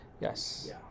Yes